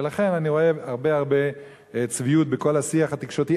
ולכן אני רואה הרבה הרבה צביעות בכל השיח התקשורתי.